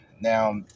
Now